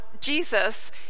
Jesus